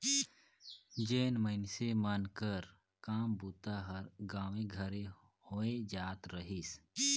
जेन मइनसे मन कर काम बूता हर गाँवे घरे होए जात रहिस